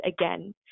again